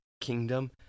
kingdom